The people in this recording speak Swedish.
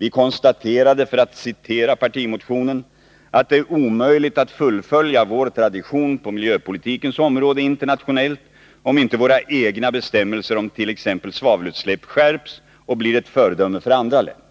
Vi konstaterade, för att citera partimotionen, ”att det är omöjligt att fullfölja vår tradition på miljöpolitikens område internationellt om inte våra egna bestämmelser om t.ex. svavelutsläpp skärps och blir ett föredöme för andra länder”.